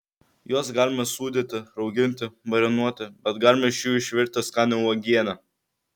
juos galima sūdyti rauginti marinuoti bet galima iš jų išvirti skanią uogienę